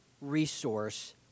resource